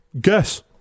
Guess